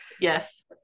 Yes